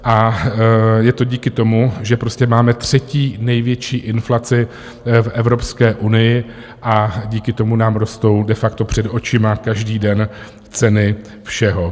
A je to díky tomu, že prostě máme třetí největší inflaci v Evropské unii ,a díky tomu nám rostou de facto před očima každý den ceny všeho.